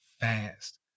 fast